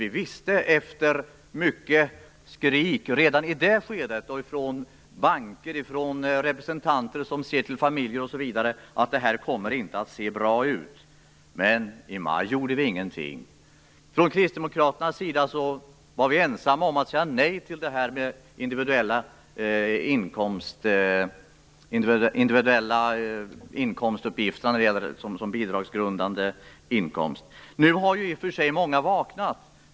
Vi visste det genom det dåliga underlaget och genom att det redan i det skedet hördes skrik från banker och representanter som såg till familjerna. Men i maj gjorde vi ingenting. Kristdemokraterna var ensamma om att säga nej till att den bidragsgrundande inkomsten skall beräknas individuellt. Nu har i och för sig många vaknat.